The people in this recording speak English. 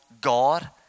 God